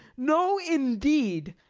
no indeed!